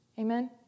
Amen